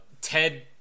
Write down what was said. Ted